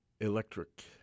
electric